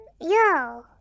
Yo